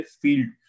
field